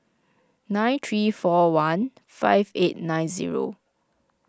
nine three four one five eight nine zero